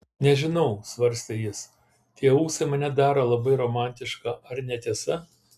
nežinau svarstė jis tie ūsai mane daro labai romantišką ar ne tiesa